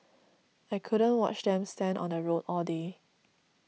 I couldn't watch them stand on the road all day